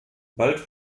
bald